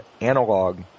analog